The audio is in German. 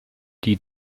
die